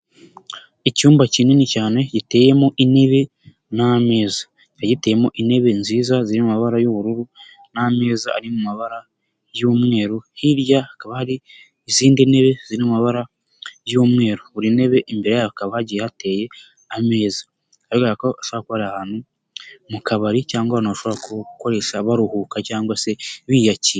Icyumba kinini cyane, giteyemo intebe n'ameza, kikaba giteyemo intebe nziza, ziri mu mabara y'ubururu n'ameza ari mu mabara y'umweru, hirya hakaba hari izindi ntebe, ziri mu mabara y'umweru, buri ntebe imbere yayo hakaba hagiye hateye ameza, bikaba bigaragara ko hashobora kuba ari ahantu, mu kabari cyangwa ahantu bashobora gukoresha baruhuka cyangwa se biyakira.